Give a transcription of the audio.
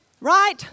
Right